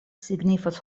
signifas